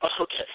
Okay